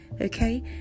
okay